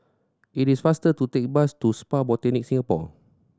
it is faster to take the bus to Spa Botanica Singapore